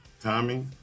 Tommy